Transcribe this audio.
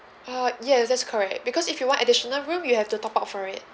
uh yes that's correct because if you want additional room you have to top up for it